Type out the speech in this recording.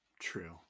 True